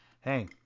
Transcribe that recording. hey